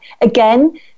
again